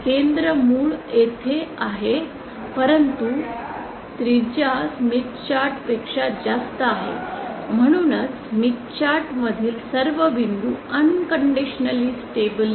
केंद्र मूळ येथे आहे परंतु त्याची त्रिज्या स्मिथ चार्ट पेक्षा जास्त आहे म्हणूनच स्मिथ चार्ट मधील सर्व बिंदू अनकंडिशनलि स्टेबिलिटी आहेत